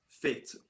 fit